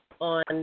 on